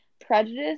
prejudice